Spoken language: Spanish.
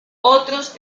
otros